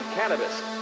Cannabis